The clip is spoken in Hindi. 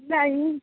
नहीं